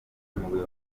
amabuye